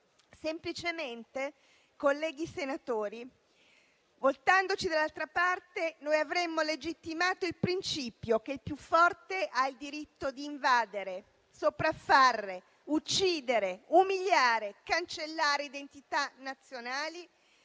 Semplicemente, colleghi senatori, voltandoci dall'altra parte noi avremmo legittimato il principio che il più forte ha il diritto di invadere, sopraffare, uccidere, umiliare, cancellare identità nazionali